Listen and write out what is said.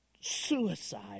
suicide